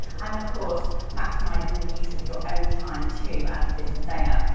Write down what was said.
and of course maximizing the use of your own time too as the business owner,